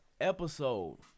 episode